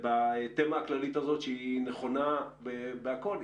בתמה הכללית הזאת שהיא נכונה בכל,